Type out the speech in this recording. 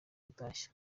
gutashya